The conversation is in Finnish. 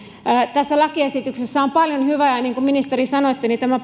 tässä lakiesityksessä on paljon hyvää ja niin kuin ministeri sanoitte tämä